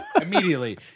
immediately